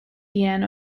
deane